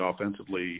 offensively